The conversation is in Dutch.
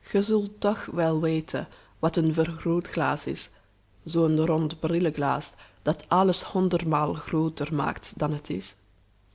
ge zult toch wel weten wat een vergrootglas is zoo'n rond brilleglas dat alles honderdmaal grooter maakt dan het is